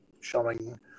Showing